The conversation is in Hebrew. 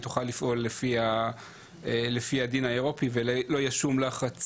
היא תוכל לפעול לפי הדין האירופי ולא יהיה שום לחץ